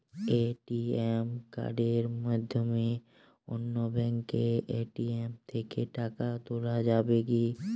ATM কার্ডের মাধ্যমে অন্য ব্যাঙ্কের এ.টি.এম থেকে টাকা তোলা যাবে কি?